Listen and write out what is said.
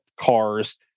cars